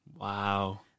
Wow